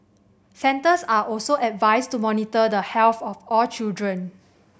centres are also advised to monitor the health of all children